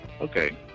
Okay